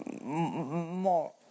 more